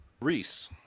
Reese